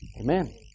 Amen